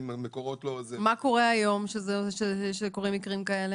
מה קורה היום במקרים כאלה?